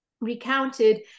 recounted